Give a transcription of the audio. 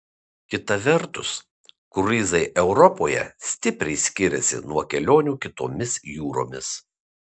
kita vertus kruizai europoje stipriai skiriasi nuo kelionių kitomis jūromis